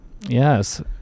Yes